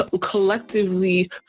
collectively